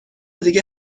دیگه